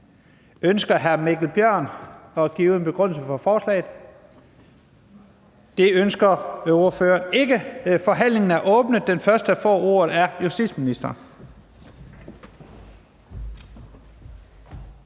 Ønsker hr. Mikkel Bjørn at give en begrundelse for forslaget? Det ønsker ordføreren for forslagsstillerne ikke. Forhandlingen er åbnet. Den første, der får ordet, er justitsministeren.